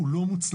הוא לא מוצלח.